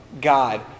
God